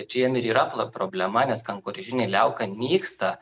čia jiem ir yra problema nes kankorėžinė liauka nyksta